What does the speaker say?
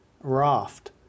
raft